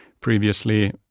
previously